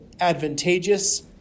advantageous